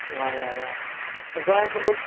गोंयांत मगो